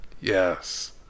Yes